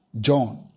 John